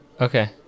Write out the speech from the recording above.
Okay